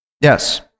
yes